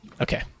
Okay